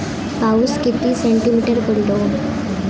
पाऊस किती सेंटीमीटर पडलो?